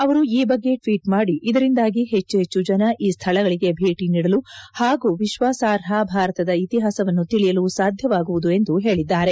ಅವರು ಈ ಬಗ್ಗೆ ಟ್ವೀಟ್ ಮಾದಿ ಇದರಿಂದಾಗಿ ಹೆಚ್ಚು ಹೆಚ್ಚು ಜನ ಈ ಸ್ಥಳಗಳಿಗೆ ಭೇಟಿ ನೀಡಲು ಹಾಗೂ ವಿಶ್ವಾಸಾರ್ಹ ಭಾರತದ ಇತಿಹಾಸವನ್ನು ತಿಳಿಯಲು ಸಾಧ್ಯವಾಗುವುದು ಎಂದು ಹೇಳಿದ್ದಾರೆ